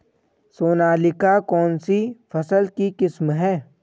सोनालिका कौनसी फसल की किस्म है?